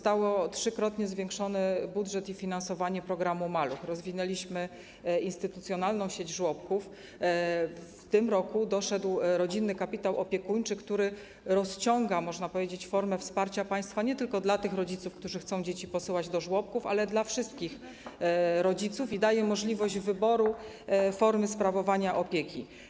Trzykrotnie zostały zwiększone budżet i finansowanie programu ˝Maluch˝, rozwinęliśmy instytucjonalną sieć żłobków, w tym roku doszedł Rodzinny Kapitał Opiekuńczy, który, można powiedzieć, rozciąga formę wsparcia państwa nie tylko na tych rodziców, którzy chcą dzieci posyłać do żłobków, ale też na wszystkich rodziców i daje możliwość wyboru formy sprawowania opieki.